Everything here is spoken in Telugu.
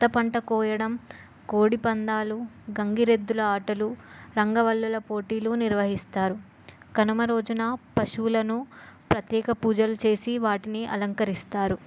కొత్త పంట కోయడం కోడి పందాలు గంగిరెద్దుల ఆటలు రంగవల్లుల పోటీలు నిర్వహిస్తారు కనుమ రోజున పశువులను ప్రత్యేక పూజలు చేసి వాటిని అలంకరిస్తారు